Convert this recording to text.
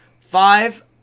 Five